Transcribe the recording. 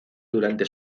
durante